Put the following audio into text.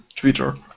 Twitter